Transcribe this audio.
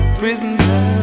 prisoner